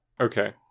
Okay